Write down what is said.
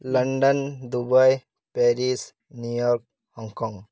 London Dubai Paris New York Hong Kong